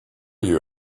you